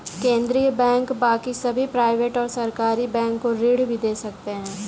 केन्द्रीय बैंक बाकी सभी प्राइवेट और सरकारी बैंक को ऋण भी दे सकते हैं